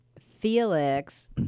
Felix